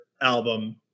album